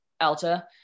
alta